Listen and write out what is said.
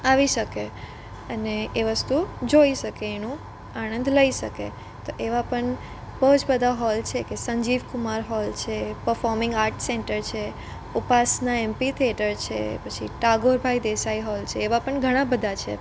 આવી શકે અને એ વસ્તુ જોઈ શકે એનું આનંદ લઈ શકે તો એવા પણ બઉ જ બધા હૉલ છે કે સંજીવ કુમાર હૉલ છે પર્ફોમીંગ આર્ટ સેન્ટર છે ઉપાસના એમ્પી થિયેટર છે પછી ટાગોર ભાઈ દેસાઈ હૉલ છે એવા પણ ઘણા બધા છે